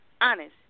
honest